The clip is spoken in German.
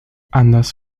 anders